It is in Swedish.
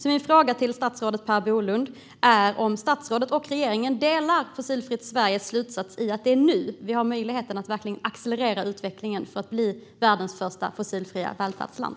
Min fråga till statsrådet Per Bolund är om statsrådet och regeringen håller med om Fossilfritt Sveriges slutsats att det är nu vi har möjligheten att verkligen accelerera utvecklingen för att bli världens första fossilfria välfärdsland.